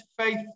faith